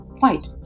fight